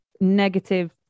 negative